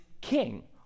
king